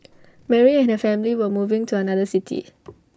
Mary and her family were moving to another city